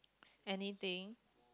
anything